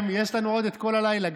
יש לנו עוד את כל הלילה,